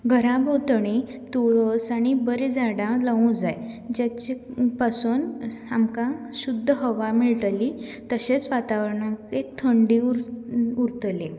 घरा भोंवतणी तुळस आनी बरी झाडां लावूं जाय जाचे पासून आमकां शुद्ध हवा मेळटली तशेंच वातावरणाकूय थंडी उरतली